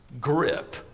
grip